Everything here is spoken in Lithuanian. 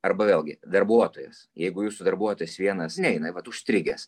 arba vėlgi darbuotojas jeigu jūsų darbuotojas vienas neina ir vat užstrigęs